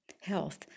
health